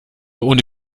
ohne